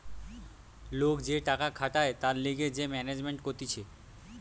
লোক যে টাকা খাটায় তার লিগে যে ম্যানেজমেন্ট কতিছে